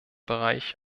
bereich